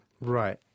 Right